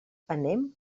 anem